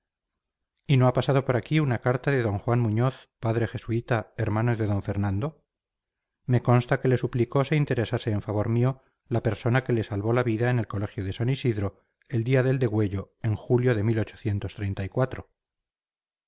y no ha pasado por aquí una carta de d juan muñoz padre jesuita hermano de d fernando me consta que le suplicó se interesase en favor mío la persona que le salvó la vida en el colegio de san isidro el día del degüello en julio de